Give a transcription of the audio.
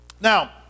Now